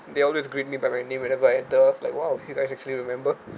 they always greet me by my name whenever I enter I was like !wow! you guys actually remember